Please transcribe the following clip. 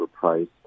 overpriced